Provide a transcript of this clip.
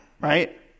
right